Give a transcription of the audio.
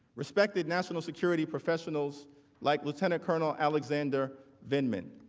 respected national security professionals like lieutenant colonel alexander vindman.